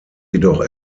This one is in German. jedoch